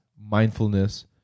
mindfulness